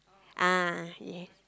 ah ya